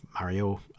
Mario